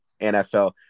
NFL